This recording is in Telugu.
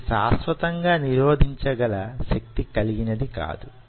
ఇది శాశ్వతంగా నిరోధించగల శక్తి కలిగినది కాదు